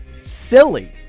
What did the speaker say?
silly